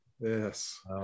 Yes